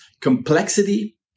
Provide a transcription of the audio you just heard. complexity